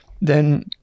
then-